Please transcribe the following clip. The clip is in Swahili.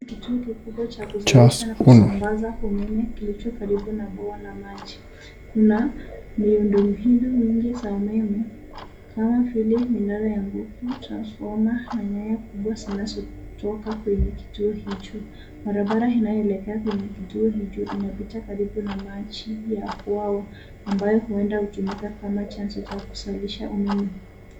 Kituo kikubwa cha kuzalisha na kusambaza umeme kilicho karibu na bwawa la maji. Kuna miundo mbinu mingi za umeme kama vile minara ya nguvu transformer na nyaya kubwa zinazotoka kwenye kituo hicho. Barabara inayoelekea kwenye kituo hicho inapita karibu na maji ya bwawa ambayo huenda hutumika kama chanzo cha kuzalisha umeme.